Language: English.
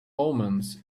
omens